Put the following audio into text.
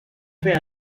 fait